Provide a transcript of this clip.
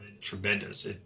Tremendous